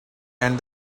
and